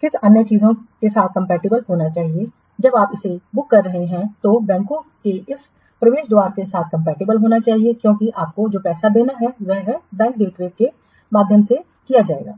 किन अन्य चीजों के साथ कंपैटिबल होना चाहिए जब आप इसे बुक कर रहे हैं तो बैंकों के इस प्रवेश द्वार के साथ कंपैटिबल होना चाहिए क्योंकि आपको जो पैसा देना है वह है बैंक गेटवे के माध्यम से किया जाएगा